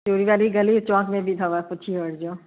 चूड़ी वारी गली चौक में बि अथव पुछी वठिजो